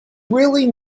really